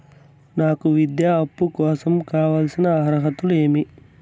నాకు విద్యా అప్పు కోసం కావాల్సిన అర్హతలు ఏమి?